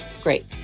great